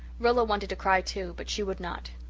rilla wanted to cry, too but she would not.